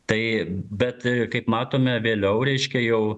tai bet kaip matome vėliau reiškia jau